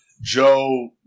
Joe